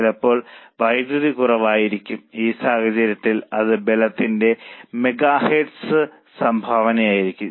ചിലപ്പോൾ വൈദ്യുതി കുറവായിരിക്കും ഈ സാഹചര്യത്തിൽ അത് വൈദ്യുതോർജ്ജത്തിന്റെ മെഗാ മെഗാഹെർട്സ് സംഭാവനയായിരിക്കും